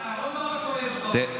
אהרן ברק או אהוד ברק, תקשיב.